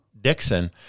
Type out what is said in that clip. Dixon